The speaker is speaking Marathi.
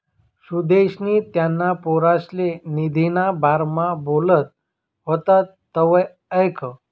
सुदेशनी त्याना पोरसले निधीना बारामा बोलत व्हतात तवंय ऐकं